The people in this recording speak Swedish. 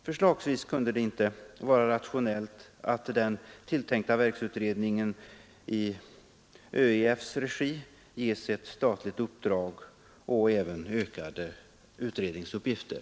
Förslagsvis kunde det vara rationellt att den tilltänkta verksutredningen i ÖEF:s regi ges ett statligt uppdrag och även ökade utredningsuppgifter.